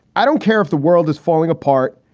i don't care if the world is falling apart.